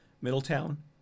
Middletown